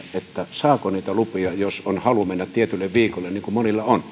saako niitä lupia jos on halu mennä tietylle viikolle niin kuin monilla on